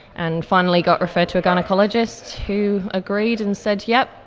and finally got referred to a gynaecologist who agreed and said, yes,